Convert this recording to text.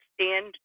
stand